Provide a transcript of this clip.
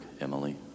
Emily